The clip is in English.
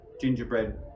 gingerbread